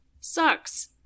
Sucks